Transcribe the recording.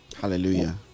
Hallelujah